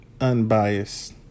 unbiased